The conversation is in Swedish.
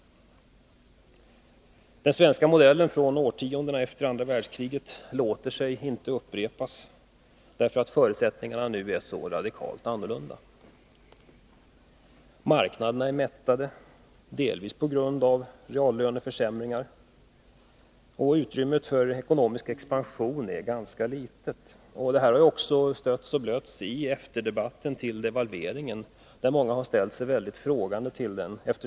Den svenska modellen från årtiondena efter andra världskriget låter sig inte upprepas, därför att förutsättningarna nu är så radikalt annorlunda. Marknaderna är mättade, delvis på grund av reallöneförsämringar, och utrymmet för ekonomisk expansion är ganska litet. Detta har också stötts och blötts i debatten efter devalveringen, som många har ställt sig mycket frågande till.